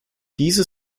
diese